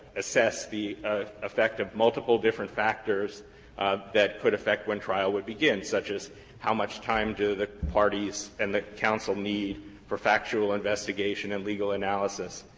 assess the effect of multiple different factors that could affect when trial would begin, such as how much time do the parties and the counsel need for factual investigation and legal analysis?